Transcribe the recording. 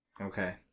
Okay